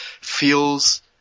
feels